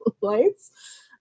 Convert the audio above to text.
lights